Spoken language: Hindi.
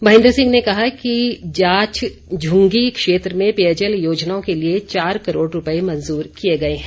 महेंद्र सिंह ने कहा कि जाछ झुंगी क्षेत्र में पेयजल योजनाओं के लिए चार करोड़ रुपये मंजूर किए गए हैं